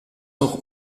auch